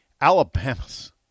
Alabama's